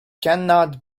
cannot